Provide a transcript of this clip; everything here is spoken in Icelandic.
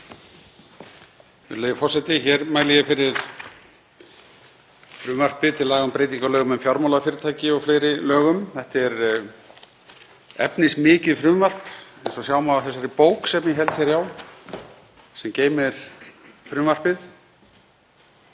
Þetta er efnismikið frumvarp eins og sjá má af þessari bók sem ég held hér á sem geymir frumvarpið,